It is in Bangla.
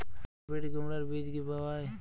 হাইব্রিড কুমড়ার বীজ কি পাওয়া য়ায়?